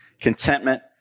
contentment